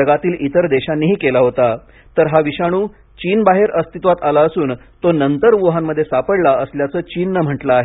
जगातील इतर देशांनीही केला होता तर हा विषाणू चीन बाहेर अस्तित्वात आला असून तो नंतर वुहानमध्ये सापडला असल्याचं चीनच म्हणणं आहे